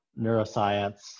neuroscience